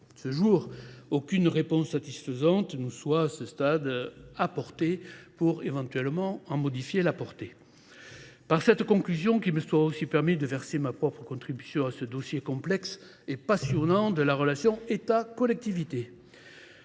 sans qu’une réponse satisfaisante nous soit, à ce stade, apportée pour en modifier la portée. Dans cette conclusion, qu’il me soit aussi permis de verser ma propre contribution à ce dossier complexe et passionnant de la relation entre l’État